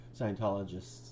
Scientologists